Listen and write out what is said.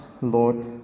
Lord